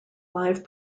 live